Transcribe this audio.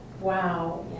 wow